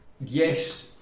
yes